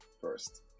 first